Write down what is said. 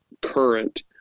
current